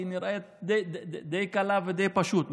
היא נראית די קלה ודי פשוטה.